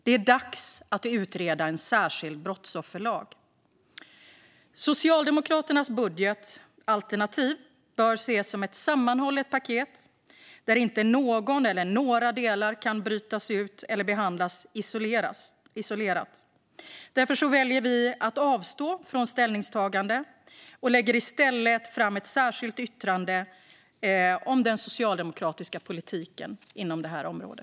Det är dags att utreda en särskild brottsofferlag. Socialdemokraternas budgetalternativ bör ses som ett sammanhållet paket där någon eller några delar inte kan brytas ut och behandlas isolerat. Därför väljer vi att avstå från ställningstagande och har i stället lagt fram ett särskilt yttrande om den socialdemokratiska politiken på detta utgiftsområde.